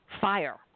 fire